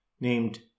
named